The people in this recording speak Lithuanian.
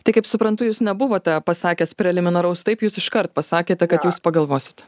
tai kaip suprantu jūs nebuvote pasakęs preliminaraus taip jūs iškart pasakėte kad jūs pagalvosite